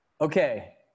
Okay